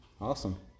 awesome